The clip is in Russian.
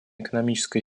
экономическая